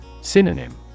Synonym